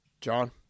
john